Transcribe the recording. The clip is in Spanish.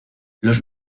los